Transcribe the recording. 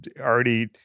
already